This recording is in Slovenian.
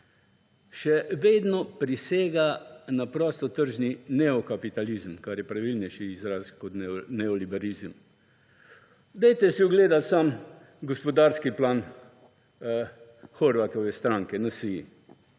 Še vedno prisega na prostotržni neokapitalizem, kar je pravilnejši izraz kot neoliberalizem. Dajte si ogledati samo gospodarski plan Horvatove stranke NSi,